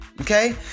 Okay